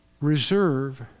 reserve